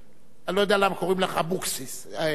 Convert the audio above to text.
אני לא יודע למה קוראים לך "אבוקסיס", לשם משפחתך.